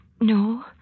No